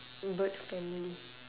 bird family